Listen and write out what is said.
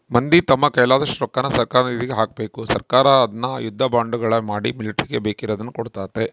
ಮಂದಿ ತಮ್ಮ ಕೈಲಾದಷ್ಟು ರೊಕ್ಕನ ಸರ್ಕಾರದ ನಿಧಿಗೆ ಹಾಕಬೇಕು ಸರ್ಕಾರ ಅದ್ನ ಯುದ್ಧ ಬಾಂಡುಗಳ ಮಾಡಿ ಮಿಲಿಟರಿಗೆ ಬೇಕಿರುದ್ನ ಕೊಡ್ತತೆ